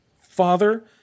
Father